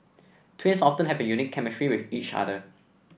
twins often have a unique chemistry with each other